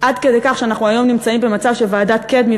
עד כדי כך שאנחנו היום נמצאים במצב שוועדת קדמי,